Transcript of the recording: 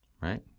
Right